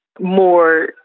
more